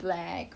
ya